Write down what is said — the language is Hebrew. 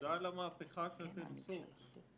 ותודה על המהפכה שאתן עושות.